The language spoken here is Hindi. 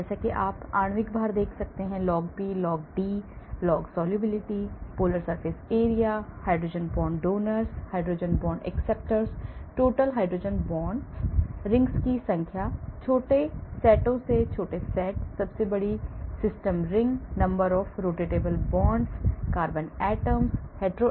जैसा कि आप आणविक भार देख सकते हैं log P log D log solubility polar surface area hydrogen bond donors hydrogen bond acceptors total hydrogen bond rings की संख्या छोटे सेटों के छोटे सेट सबसे बड़ी system ring number of rotatable bonds carbon atoms hetero atoms